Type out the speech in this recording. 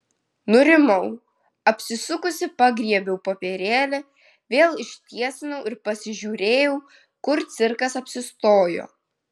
nurimau apsisukusi pagriebiau popierėlį vėl ištiesinau ir pasižiūrėjau kur cirkas apsistojo